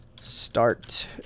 start